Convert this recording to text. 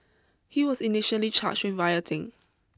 he was initially charged with rioting